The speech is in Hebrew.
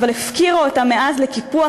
אבל הפקירה אותם מאז לקיפוח,